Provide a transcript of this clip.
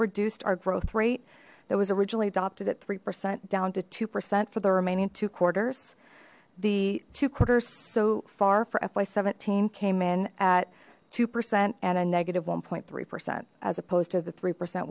reduced our growth rate that was originally adopted at three percent down to two percent for the remaining two quarters the two quarters so far for fy seventeen came in at two percent and a negative one three percent as opposed to the three percent